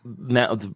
Now